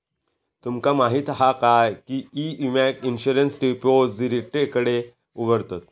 तुमका माहीत हा काय की ई विम्याक इंश्युरंस रिपोजिटरीकडे उघडतत